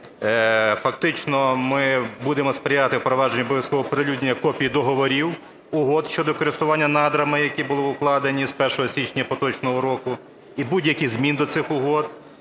Фактично ми будемо сприяти впровадженню обов'язкового оприлюднення копій договорів, угод щодо користування надрами, які були укладені з 1 січня поточного року, і будь-яких змін до цих угод.